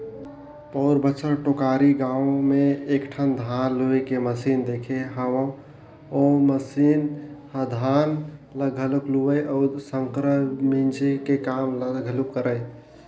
पउर बच्छर टेकारी गाँव में एकठन धान लूए के मसीन देखे हंव ओ मसीन ह धान ल घलोक लुवय अउ संघरा मिंजे के काम ल घलोक करय